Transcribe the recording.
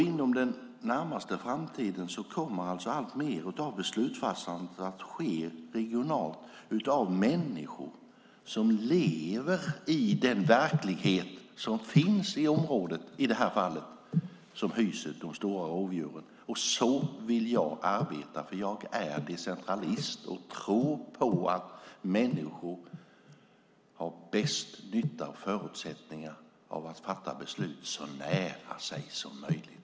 Inom den närmaste framtiden kommer alltmer av beslutsfattandet att ske regionalt av människor som lever i den verklighet som finns i området och som i det här fallet hyser de stora rovdjuren. Så vill jag arbeta. Jag är decentralist och tror på att människor har bäst nytta av och förutsättningar för att fatta beslut så nära sig som möjligt.